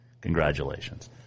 congratulations